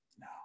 no